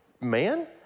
man